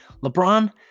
lebron